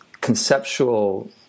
conceptual